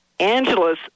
Angela's